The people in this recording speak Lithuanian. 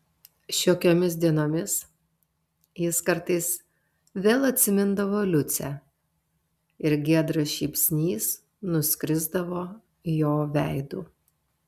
šiokiomis dienomis jis kartais vėl atsimindavo liucę ir giedras šypsnys nuskrisdavo jo veidu